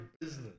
business